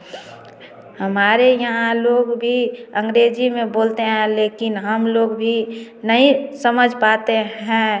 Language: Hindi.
हमारे यहाँ लोग भी अंग्रेजी में बोलते हैं और लेकिन हम लोग भी नहीं समझ पाते हैं